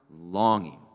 longing